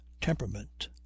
temperament